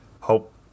hope